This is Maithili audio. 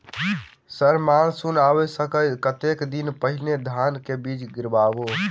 सर मानसून आबै सऽ कतेक दिन पहिने धान केँ बीज गिराबू?